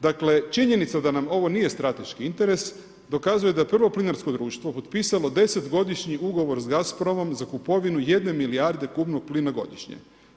Dakle, činjenica da nam ovo nije strateški interes dokazuje da prvo plinarsko društvo potpisalo 10-godišnji ugovor s GASPROM-om za kupovinu jedne milijarde kubnog plina godišnje.